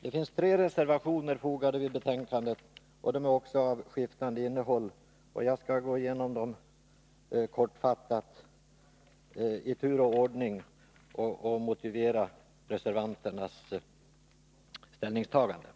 Det finns tre reservationer fogade vid betänkandet, och de är också av skiftande innehåll. Jag skall gå igenom dem kortfattat i tur och ordning och motivera reservanternas ställningstaganden.